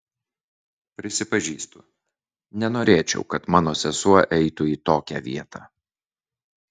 prisipažįstu nenorėčiau kad mano sesuo eitų į tokią vietą